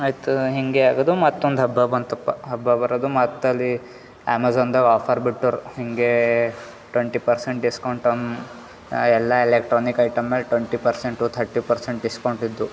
ಆಯಿತು ಹಿಂಗೆ ಆಗೋದು ಮತ್ತೊಂದು ಹಬ್ಬ ಬಂತಪ್ಪ ಹಬ್ಬ ಬರೋದು ಮತ್ತು ಅಲ್ಲಿ ಅಮೆಝನ್ದಾಗ ಆಫರ್ ಬಿಟ್ಟೋರು ಹಿಂಗೇ ಟ್ವಂಟಿ ಪರ್ಸೆಂಟ್ ಡಿಸ್ಕೌಂಟಮ್ ಎಲ್ಲ ಎಲೆಕ್ಟ್ರಾನಿಕ್ ಐಟಮ್ ಮೇಲೆ twenty percent thirty percent discount ಇದ್ದು